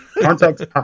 contact